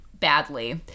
badly